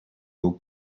old